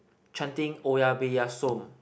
chanting oya-beh-ya-som